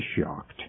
shocked